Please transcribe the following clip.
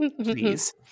Please